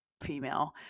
female